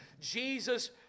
Jesus